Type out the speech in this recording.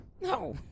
No